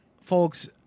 folks